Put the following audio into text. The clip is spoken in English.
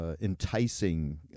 enticing